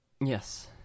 Yes